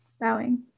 Bowing